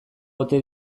ote